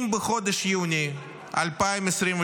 אם בחודש יוני 2023,